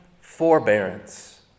forbearance